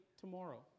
Tomorrow